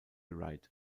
reid